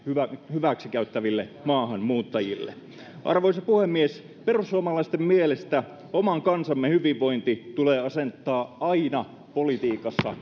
hyväksikäyttäville maahanmuuttajille arvoisa puhemies perussuomalaisten mielestä oman kansamme hyvinvointi tulee asettaa aina politiikassa